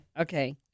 Okay